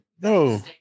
No